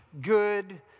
good